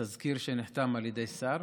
לתזכיר שנחתם על ידי שר.